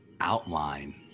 outline